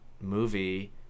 movie